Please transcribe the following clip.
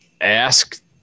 Ask